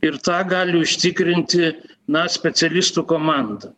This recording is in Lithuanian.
ir tą gali užtikrinti na specialistų komanda